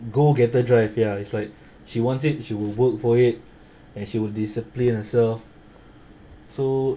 go getter drive ya it's like she wants it she will work for it and she will discipline herself so